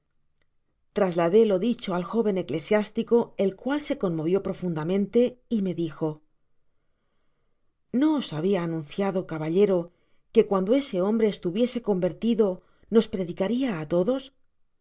trasladé lo dicho al jóven eclesiástico el cual se conmovió profunda mente y me dijo no es habia anunciado caballero que euando ese hombre estuviese convertido nos predicar ria á todos